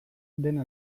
dena